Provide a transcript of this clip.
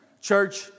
Church